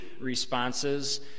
responses